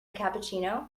cappuccino